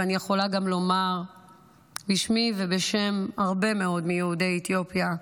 ואני יכולה גם לומר בשמי ובשם הרבה מאוד מיהודי אתיופיה,